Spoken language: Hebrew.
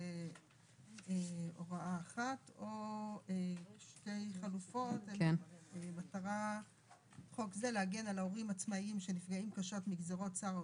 3. מטרת חוק זה לרצות את חברי הרשימה